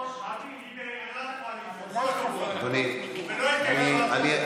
אדוני היושב-ראש,